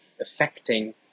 affecting